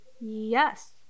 Yes